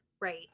Right